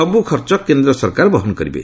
ସବୁ ଖର୍ଚ୍ଚ କେନ୍ଦ୍ର ସରକାର ବହନ କରିବେ